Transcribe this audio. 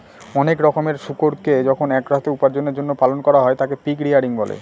অনেক রকমের শুকুরকে যখন এক সাথে উপার্জনের জন্য পালন করা হয় তাকে পিগ রেয়ারিং বলে